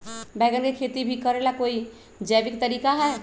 बैंगन के खेती भी करे ला का कोई जैविक तरीका है?